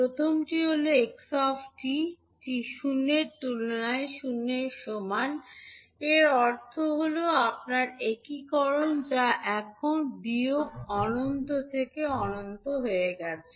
প্রথমটি হল 𝑥 𝑡 টি শূন্যের তুলনায় শূন্যের সমান এর অর্থ হল আপনার ইন্টিগ্রেশন যা এখন বিয়োগ অনন্ত থেকে অনন্ত হয়ে গেছে